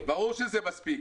ברור שזה מספיק,